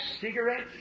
cigarettes